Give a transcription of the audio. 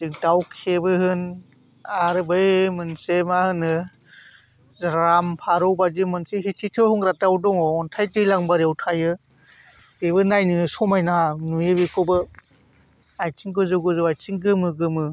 दाउखेबो होन आरो बे मोनसे मा होनो जोहा फारौ बायदि हिथिथिउ होनग्रा दाउ दङ अन्थाय दैलांबारियाव थायो बेबो नायनो समायना नुयो बेखौबो आथिं गोजौ गोजौ आथिं गोमो गोमो